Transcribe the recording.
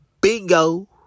Bingo